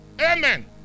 Amen